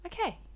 okay